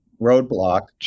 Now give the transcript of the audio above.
roadblock